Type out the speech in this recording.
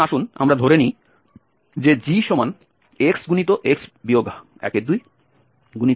সুতরাং আসুন আমরা ধরে নিই যে gxx 12x 1